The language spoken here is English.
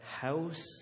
house